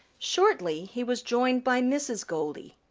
shortly he was joined by mrs. goldy.